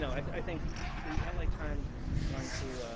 so i think the la times is going to,